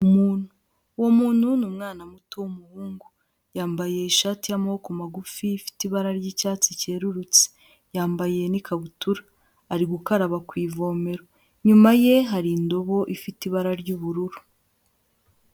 Umuntu, uwo muntu ni umwana muto w'umuhungu yambaye ishati y'amaboko magufi ifite ibara ry'icyatsi cyerurutse, yambaye n'ikabutura, ari gukaraba ku ivomero, inyuma ye hari indobo ifite ibara ry'ubururu.